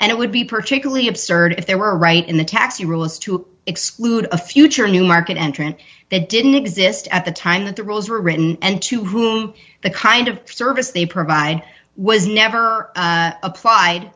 and it would be particularly absurd if they were right in the tax rules to exclude a future new market entrant that didn't exist at the time that the rules were written and to whom the kind of service they provide was never applied